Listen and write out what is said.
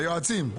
היועצים.